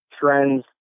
trends